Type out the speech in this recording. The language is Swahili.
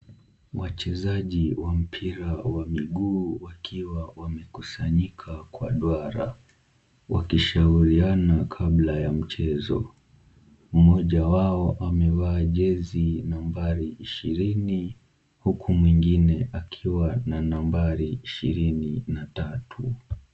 Wachezaji wa mpira wa miguu wakiwa wamekusanyika kwa duara wakishauriana kabla ya mchezo . Mmoja wao amevaa jezi nambari ishirini huku mwingine akiwa na nambari ishirini na tatu.